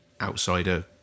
outsider